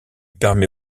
permet